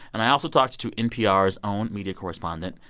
and i also talked to npr's own media correspondent,